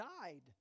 died